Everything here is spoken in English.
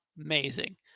amazing